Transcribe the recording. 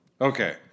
Okay